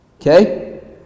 Okay